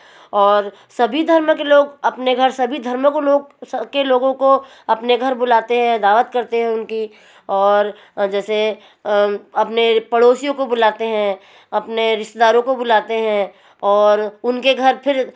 और सभी धर्म के लोग अपने घर सभी धर्मों के लोग सके लोगों को अपने घर बुलाते हैं दावत करते हैं उनकी और जैसे अपने पड़ोसियों को बुलाते हैं अपने रिश्तदारों को बुलाते हैं और उनके घर फिर